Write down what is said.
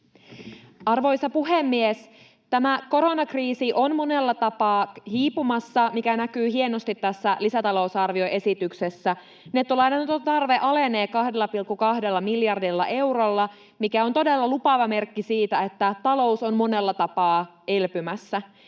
Arvoisa puhemies! Koronakriisi on monella tapaa hiipumassa, mikä näkyy hienosti tässä lisätalousarvioesityksessä. Nettolainanoton tarve alenee 2,2 miljardilla eurolla, mikä on todella lupaava merkki siitä, että talous on monella tapaa elpymässä.